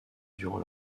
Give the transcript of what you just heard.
durant